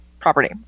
property